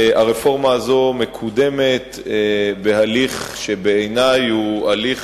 הרפורמה הזאת מקודמת בהליך שבעיני הוא הליך,